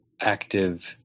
active